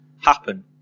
happen